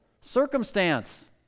circumstance